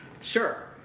Sure